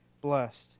blessed